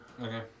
Okay